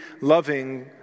loving